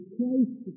Christ